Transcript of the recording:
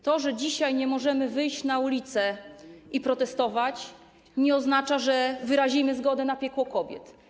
To, że dzisiaj nie możemy wyjść na ulice i protestować, nie oznacza, że wyrazimy zgodę na piekło kobiet.